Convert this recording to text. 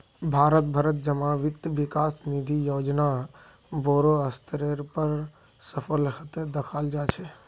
भारत भरत जमा वित्त विकास निधि योजना बोडो स्तरेर पर सफल हते दखाल जा छे